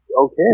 okay